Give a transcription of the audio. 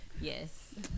Yes